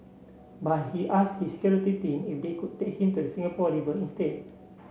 but he ask his security team if they could take him to the Singapore River instead